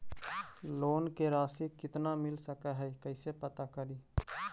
Loan के रासि कितना मिल सक है कैसे पता करी?